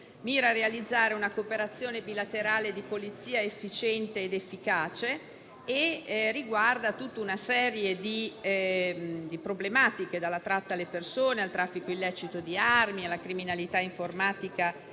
mira a realizzare una cooperazione bilaterale di polizia efficiente ed efficace e riguarda tutta una serie di problematiche, dalla tratta alle persone al traffico illecito di armi, alla criminalità informatica